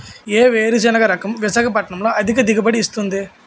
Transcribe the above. ఏ వేరుసెనగ రకం విశాఖపట్నం లో అధిక దిగుబడి ఇస్తుంది?